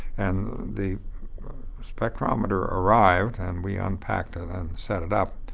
and the spectrometer arrived and we unpacked it and set it up.